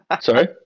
Sorry